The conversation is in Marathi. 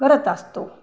करत असतो